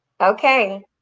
Okay